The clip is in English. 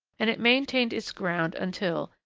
and it maintained its ground until,